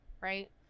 right